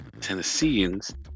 Tennesseans